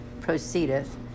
proceedeth